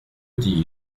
dis